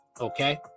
Okay